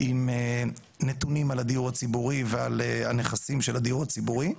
עם נתונים על הדיור הציבורי ועל נכסים של הדיור הציבורי,